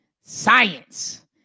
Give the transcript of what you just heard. science